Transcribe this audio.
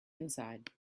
inside